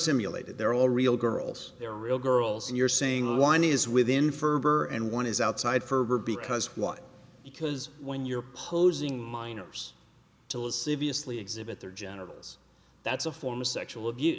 simulated they're all real girls they're real girls and you're saying one is within ferber and one is outside ferber because what because when you're posing minors to lasciviously exhibit their genitals that's a form of sexual abuse